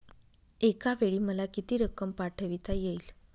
एकावेळी मला किती रक्कम पाठविता येईल?